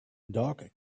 dog